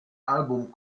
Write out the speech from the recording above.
album